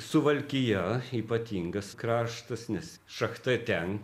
suvalkija ypatingas kraštas nes šachta ten